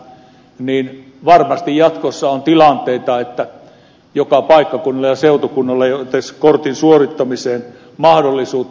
varmasti jatkossa on tilanteita että joka paikkakunnilla ja seutukunnalla ei ole edes kortin suorittamiseen mahdollisuutta